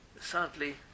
Sadly